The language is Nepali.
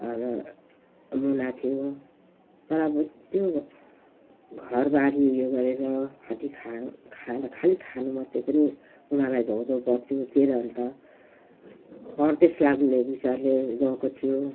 आमा मुना थियो तर अब त्यो घरबारी उयो गरेर खटीखाना खा खानु खाली खानु मात्रै पनि उनीहरूलाई धौ धौ पर्थ्यो तर अन्त परदेश लाग्ने विचारले गएको थियो